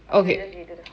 okay wait